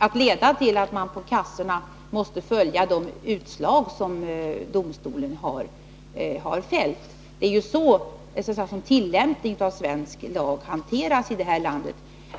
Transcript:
att leda till att man på kassorna måste följa domstolens utslag. Det är ju så lagen tillämpas i det här landet.